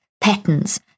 patterns